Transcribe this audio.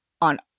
on